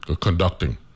conducting